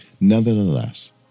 Nevertheless